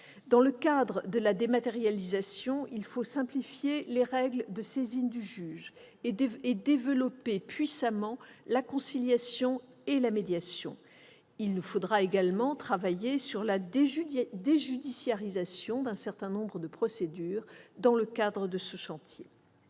Dans le cadre de la dématérialisation, il faut simplifier les règles de saisine du juge et développer puissamment la conciliation et la médiation. Il nous faudra travailler sur la déjudiciarisation d'un certain nombre de procédures, dans le cadre de ce chantier.